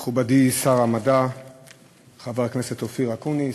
תודה רבה, מכובדי שר המדע חבר הכנסת אופיר אקוניס,